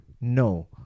No